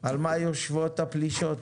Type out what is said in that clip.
על מה יושבות הפלישות?